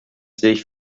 sich